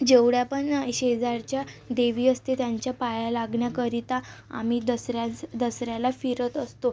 जेवढ्या पण शेजारच्या देवी असते त्यांच्या पाया लागण्याकरिता आम्ही दसऱ्या दसऱ्याला फिरत असतो